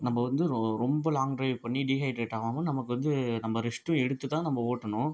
நம்ப வந்து ரொ ரொம்ப லாங் ட்ரைவ் பண்ணி டீஹைட்ரேட் ஆகாம நமக்கு வந்து நம்ப ரெஸ்ட்டும் எடுத்து தான் நம்ப ஓட்டணும்